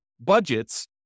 budgets